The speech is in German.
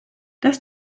das